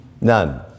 None